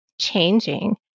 changing